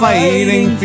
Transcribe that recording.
Fighting